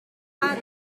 bad